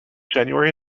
january